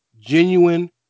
genuine